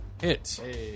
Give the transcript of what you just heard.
Hit